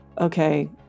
okay